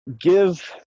give